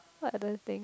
what other thing